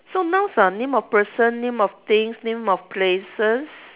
so nouns are name of person name of things name of places